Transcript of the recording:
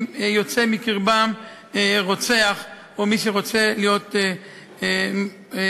יוצא מקרבם רוצח או מי שרוצה להיות רוצח.